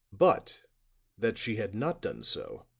but that she had not done so,